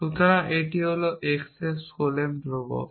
সুতরাং এটি হল x এর skolem ধ্রুবক